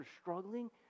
struggling